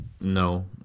no